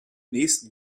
nächsten